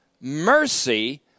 mercy